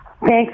Thanks